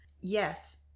Yes